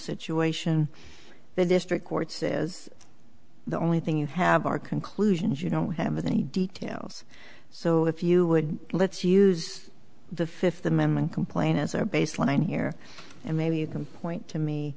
situation the district court says the only thing you have are conclusions you don't have any details so if you would let's use the fifth amendment complaint as our baseline here and maybe you can point to me